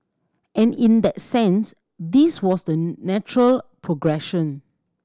and in that sense this was the natural progression